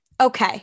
Okay